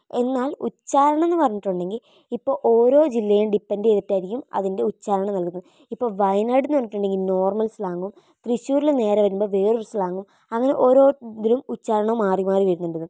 എന്നാല് ഉച്ചാരണം എന്ന് പറഞ്ഞിട്ടുണ്ടെങ്കില് ഇപ്പോൾ ഓരോ ജില്ലയും ഡിപ്പെൻ്റ് ചെയ്തിട്ടായിരിക്കും അതിൻ്റെ ഉച്ചാരണം നല്കുന്നത് ഇപ്പോൾ വയനാട് എന്ന് പറഞ്ഞിട്ടുണ്ടെങ്കില് നോര്മല് സ്ലാങ്ങും തൃശ്ശൂരില് നേരെ വരുമ്പോൾ വേറൊരു സ്ലാങ്ങും അങ്ങനെ ഓരോന്നിനും ഉച്ചാരണം മാറി മാറി വരുന്നുണ്ട് എന്ന്